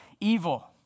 evil